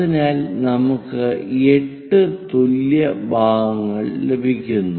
അതിനാൽ നമുക്ക് 8 തുല്യ ഭാഗങ്ങൾ ലഭിക്കുന്നു